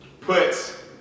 puts